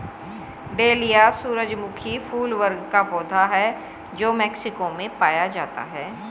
dahlia सूरजमुखी फूल वर्ग का पौधा है जो मेक्सिको में पाया जाता है